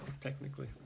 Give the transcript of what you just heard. Technically